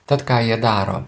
tad ką jie daro